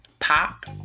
pop